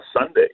Sunday